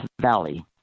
Valley